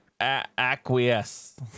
acquiesce